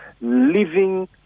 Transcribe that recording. living